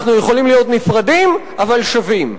אנחנו יכולים להיות נפרדים, אבל שווים.